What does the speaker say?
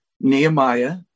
Nehemiah